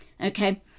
Okay